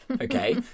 Okay